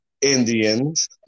Indians